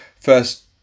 first